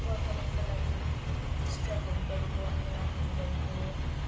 गोर्खाल्यान्डको लागि स्ट्राइकहरू गरेको आन्दोलनहरू गरेको